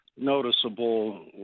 noticeable